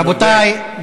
רבותי,